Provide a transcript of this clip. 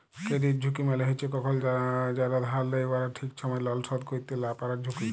credit ঝুঁকি মালে হছে কখল যারা ধার লেয় উয়ারা ঠিক ছময় লল শধ ক্যইরতে লা পারার ঝুঁকি